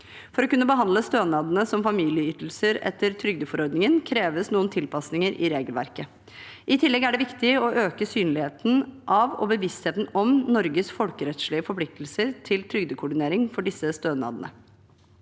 For å kunne behandle stønadene som familieytelser etter trygdeforordningen kreves noen tilpasninger i regelverket. I tillegg er det viktig å øke synligheten av og bevisstheten om Norges folkerettslige forpliktelser til trygdekoordinering for disse stønadene.